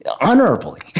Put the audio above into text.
honorably